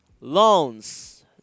loans